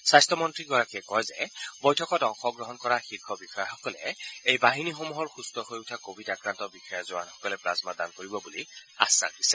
স্বাস্থ্যমন্ত্ৰীগৰাকীয়ে কয় যে বৈঠকত অংশগ্ৰহণ কৰা শীৰ্ষ বিষয়াসকলে এই বাহিনীসমূহৰ সুস্থ হৈ উঠা কভিড আক্ৰান্ত বিষয়া জোৱানসকলে প্লাজমা দান কৰিব বুলি আশ্বাস দিছে